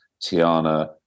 Tiana